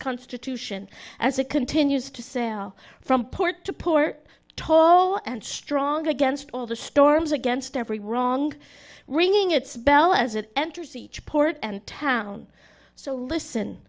constitution as it continues to sail from port to port tall and strong against all the storms against every wrong ringing its bell as it enters each port and town so listen